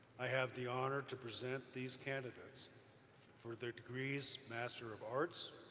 i have the honor to present these candidates for the degrees master of arts,